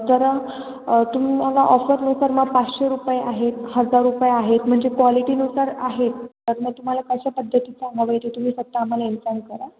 तर तुम्ही मला ऑफरनुसार मग पाचशे रुपये आहेत हजार रुपये आहेत म्हणजे क्वालिटीनुसार आहेत तर मग तुम्हाला कशा पद्धतीचं हवं आहे ते तुम्ही सांगा आम्हाला इन्फॉम करा